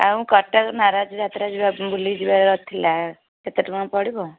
ଆଉ ମୁଁ କଟକ ନାରାଜ ଯାତ୍ରା ଯିବାର ବୁଲିଯିବାର ଥିଲା କେତେ ଟଙ୍କା ପଡ଼ିବ